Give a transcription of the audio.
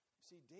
See